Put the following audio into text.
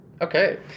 Okay